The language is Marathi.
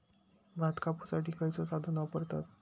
भात कापुसाठी खैयचो साधन वापरतत?